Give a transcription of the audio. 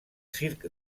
circ